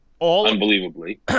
unbelievably